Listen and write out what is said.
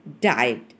died